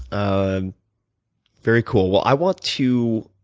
and very cool. well, i want to